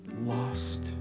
lost